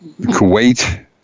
Kuwait